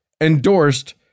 endorsed